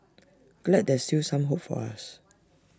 glad there's still some hope for us